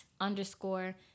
underscore